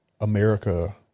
America